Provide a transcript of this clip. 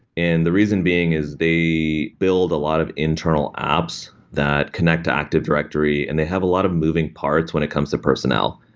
and the reason being is the build a lot of internal apps that connect to active directory, and they have a lot of moving parts when it comes to personnel.